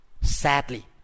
Sadly